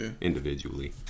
individually